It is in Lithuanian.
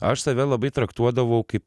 aš save labai traktuodavau kaip